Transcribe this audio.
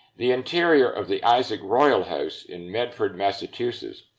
the interior of the isaac royall house in medford, massachusetts,